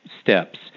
steps